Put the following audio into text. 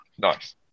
nice